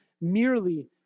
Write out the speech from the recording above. merely